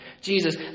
Jesus